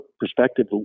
perspective